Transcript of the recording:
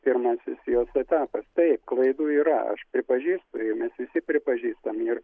pirmasis jos etapas taip klaidų yra aš pripažįstu ir mes visi pripažįstam ir